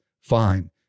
fine